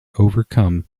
overcome